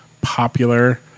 popular